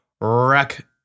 wreck